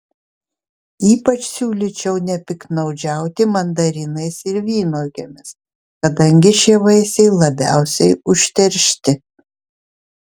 ypač siūlyčiau nepiktnaudžiauti mandarinais ir vynuogėmis kadangi šie vaisiai labiausiai užteršti